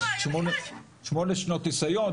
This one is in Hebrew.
שמונה שנות נסיון,